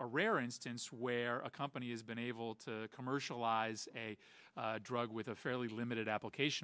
a rare instance where a company has been able to commercialize a drug with a fairly limited application